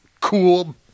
cool